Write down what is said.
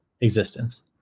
existence